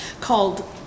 called